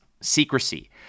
secrecy